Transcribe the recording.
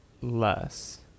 less